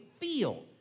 feel